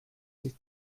sich